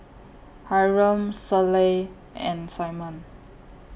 Hyrum Selah and Simon